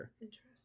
interesting